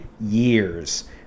years